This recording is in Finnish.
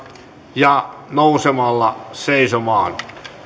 ja nousemalla seisomaan